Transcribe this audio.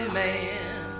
man